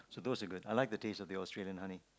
so those are good I like the taste of the Australian honey